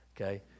okay